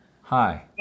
hi